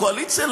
הקואליציה,